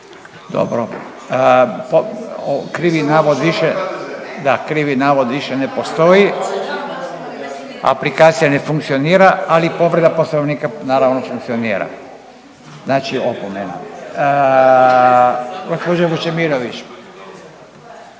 Dobro. Krivi navod više ne postoji. Aplikacija ne funkcionira, ali povreda Poslovnika naravno funkcionira. Znači opomena. Gospođo Vučemilović,